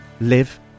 live